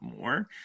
more